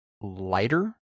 lighter